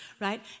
right